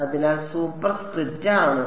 അതിനാൽ superscript ആണ്